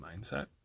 mindset